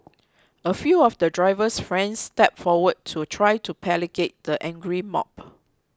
a few of the driver's friends stepped forward to try to placate the angry mob